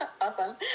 Awesome